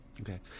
okay